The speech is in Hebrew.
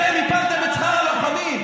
אתם הפלתם את שכר הלוחמים.